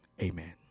Amen